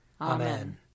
Amen